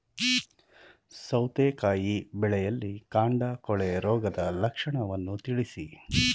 ಸೌತೆಕಾಯಿ ಬೆಳೆಯಲ್ಲಿ ಕಾಂಡ ಕೊಳೆ ರೋಗದ ಲಕ್ಷಣವನ್ನು ತಿಳಿಸಿ?